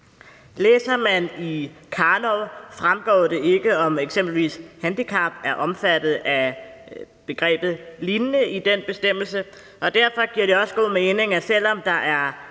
Læser man i Karnov, fremgår det ikke, om eksempelvis handicap er omfattet af begrebet lignende i den bestemmelse, og derfor giver det også god mening. Selv om der